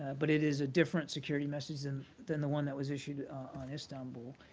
but it is a different security message than than the one that was issued on istanbul.